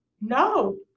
no